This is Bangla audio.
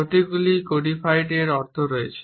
প্রতীকগুলির কোডিফাইড এর অর্থ রয়েছে